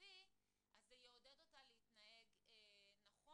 חיובי אז זה יעודד אותה להתנהג נכון.